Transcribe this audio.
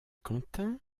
quentin